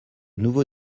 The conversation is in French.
nouveau